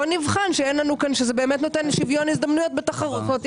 בוא נבחן שזה באמת נותן שוויון הזדמנויות בתחרות.